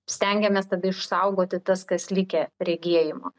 stengiamės tada išsaugoti tas kas likę regėjimo